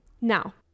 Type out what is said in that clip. Now